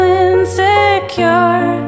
insecure